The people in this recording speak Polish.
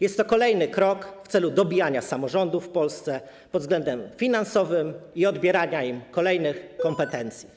Jest to kolejny krok w celu dobijania samorządów w Polsce pod względem finansowym i odbierania im kolejnych kompetencji.